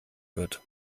wird